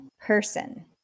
person